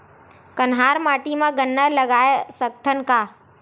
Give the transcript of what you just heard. कन्हार माटी म गन्ना लगय सकथ न का?